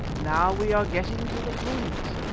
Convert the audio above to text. now we are getting to the point.